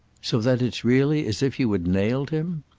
so that it's really as if you had nailed him?